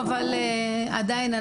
אבל עדיין,